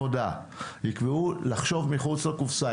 יקבעו לחשוב מחוץ לקופסא,